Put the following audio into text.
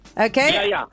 Okay